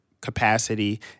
capacity